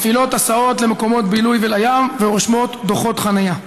מפעילות הסעות למקומות בילוי ולים ורושמות דוחות חניה.